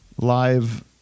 live